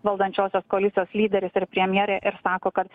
valdančiosios koalicijos lyderis ir premjerė ir sako kad